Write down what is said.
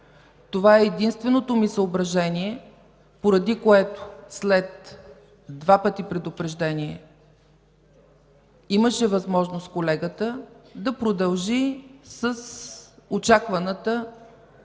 Това е единственото ми съображение, поради което след две предупреждения колегата имаше възможност да продължи с очакваната